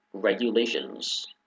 Regulations